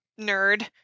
nerd